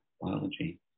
biology